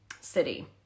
city